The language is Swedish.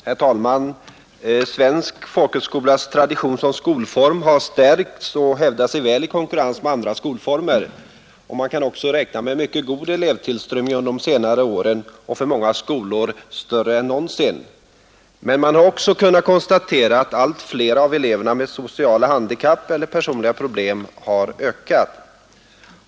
Herr talman! Svensk folkhögskolas tradition som skolform har stärkts och hävdat sig väl i konkurrensen med andra skolformer. Man har också kunnat räkna med mycket god elevtillströmning under de senare åren, för mänga skolor större än någonsin. Men man har också kunnat konstatera att antalet elever med sociala handikapp eller personliga problem har ökat.